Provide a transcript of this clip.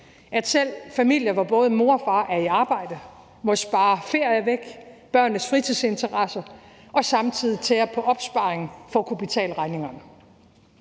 at selv familier, hvor både mor og far er i arbejde, må spare ferier og børnenes fritidsinteresser væk og samtidig tære på opsparingen for at kunne betale regningerne.